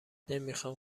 نمیخام